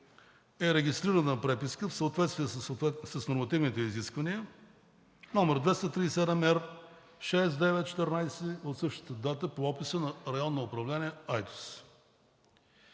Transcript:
е регистрирана преписка в съответствие с нормативните изисквания, № 237R6914, от същата дата по описа на Районно управление – Айтос.